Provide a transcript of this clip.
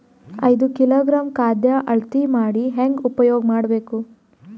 ಐದು ಕಿಲೋಗ್ರಾಂ ಖಾದ್ಯ ಅಳತಿ ಮಾಡಿ ಹೇಂಗ ಉಪಯೋಗ ಮಾಡಬೇಕು?